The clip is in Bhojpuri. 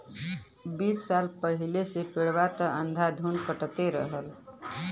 बीस साल पहिले से पेड़वा त अंधाधुन कटते रहल